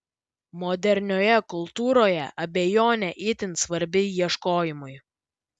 modernioje kultūroje abejonė itin svarbi ieškojimui